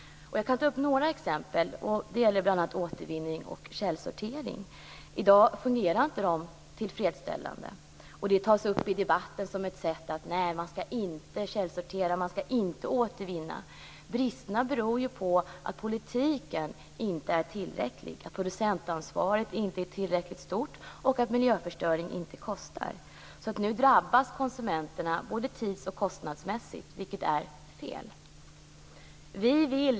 Jag kan ta upp några exempel. Det gäller bl.a. återvinning och källsortering. I dag fungerar inte detta tillfredsställande. Det tas upp i debatten att man inte skall källsortera och att man inte skall återvinna. Bristerna beror ju på att politiken inte är tillräcklig, att producentansvaret inte är tillräckligt stort och att miljöförstöring inte kostar. På det sättet drabbas nu konsumenterna både tids och kostnadsmässigt, vilket är fel.